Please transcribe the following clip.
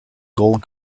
gold